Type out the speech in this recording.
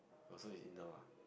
oh so he's in now ah